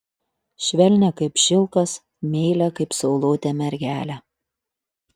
švelnią kaip šilkas meilią kaip saulutė mergelę